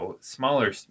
smaller